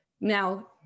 now